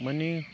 माने